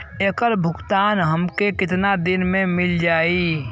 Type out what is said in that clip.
ऐकर भुगतान हमके कितना दिन में मील जाई?